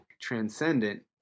transcendent